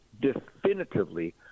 definitively